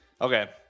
okay